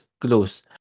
close